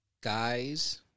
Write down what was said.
guys